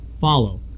follow